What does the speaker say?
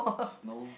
snow